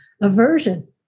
aversion